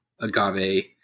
agave